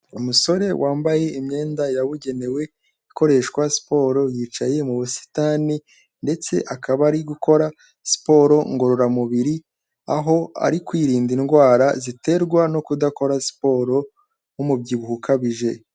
Umusore wambaye imyenda yabugenewe ikoreshwa siporo, yicaye mu busitani ndetse akaba ari gukora siporo ngororamubiri aho ari kwirinda indwara ziterwa no kudakora siporo nk'umubyibuho ukabije.